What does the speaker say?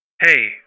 Hey